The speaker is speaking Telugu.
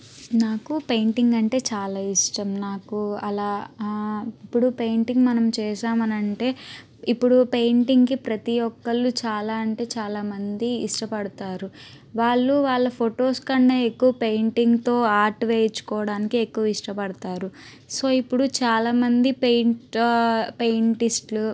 నాకు పెయింటింగ్ అంటే చాలా ఇష్టం నాకు అలా ఇప్పుడు పెయింటింగ్ మనం చేసామని అంటే ఇప్పుడు పెయింటింగ్కి ప్రతి ఒక్కళ్ళు చాలా అంటే చాలామంది ఇష్టపడతారు వాళ్ళు వాళ్ళ ఫొటోస్ కన్నా ఎక్కువ పెయింటింగ్తో ఆర్ట్ వేయించుకోవడానికి ఎక్కువ ఇష్టపడతారు సో ఇప్పుడు చాలామంది పెయింట పెయింటిస్ట్లు